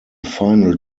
final